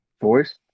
voice